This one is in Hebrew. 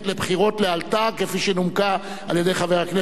שנומקה על-ידי חבר הכנסת יצחק בוז'י הרצוג.